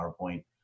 PowerPoint